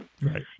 Right